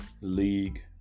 league